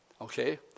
okay